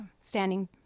standing